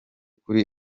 kuri